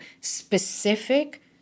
specific